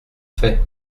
fait